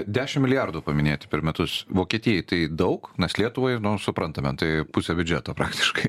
dešim milijardų paminėti per metus vokietijai tai daug nes lietuvai nu suprantame tai pusė biudžeto praktiškai